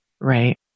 Right